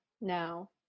now